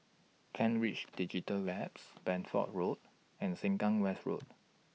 Kent Ridge Digital Labs Bedford Road and Sengkang West Road